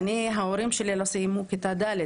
ההורים שלי לא סיימו כיתה ד',